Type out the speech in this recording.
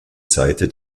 seite